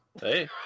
hey